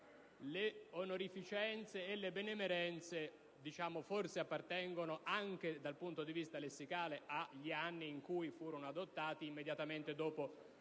le onorificenze e le benemerenze forse appartengono, anche dal punto di vista lessicale, agli anni in cui furono adottati, cioè immediatamente dopo la